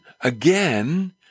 again